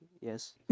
Yes